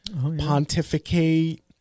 Pontificate